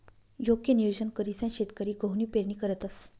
योग्य नियोजन करीसन शेतकरी गहूनी पेरणी करतंस